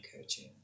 coaching